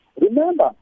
Remember